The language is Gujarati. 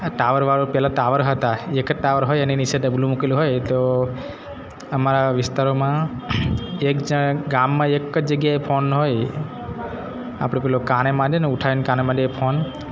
એ ટાવરવાળું પેલા ટાવર હતા એક જ ટાવર હોય એની નીચે ડબલું મૂકેલું હોય તો અમારા વિસ્તારોમાં એક જણ ગામમાં એક જ જગ્યાએ ફોન હોય આપણે પેલો કાને માંડીએને ઉઠાવીને કાને માંડીએ ફોન